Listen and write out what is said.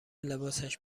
لباسش